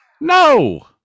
No